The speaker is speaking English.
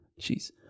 Jeez